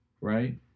right